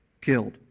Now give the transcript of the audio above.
killed